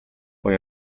poi